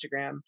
Instagram